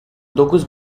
dokuz